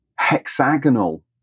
hexagonal